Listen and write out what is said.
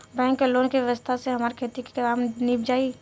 bank के loan के व्यवस्था से हमार खेती के काम नीभ जाई